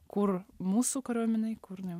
kur mūsų kariuomenė kur ne